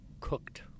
cooked